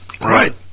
right